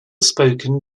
spoken